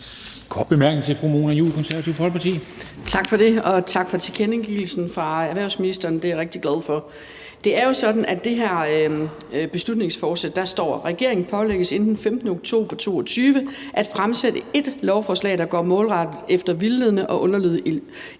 Folkeparti. Kl. 14:24 Mona Juul (KF): Tak for det. Og tak for tilkendegivelsen fra erhvervsministeren – den er jeg rigtig glad for. Det er jo sådan, at i det her beslutningsforslag står der: »Regeringen pålægges inden den 15. oktober 2022 at fremsætte et lovforslag, der går målrettet efter vildledende og underlødige